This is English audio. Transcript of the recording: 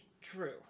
true